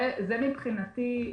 מבחינתי,